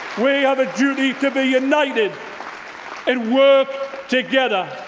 we have a duty to be united and work together.